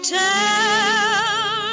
tell